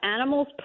Animals